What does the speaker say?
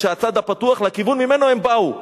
כשהצד הפתוח הוא לכיוון שממנו הם באו.